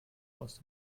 aus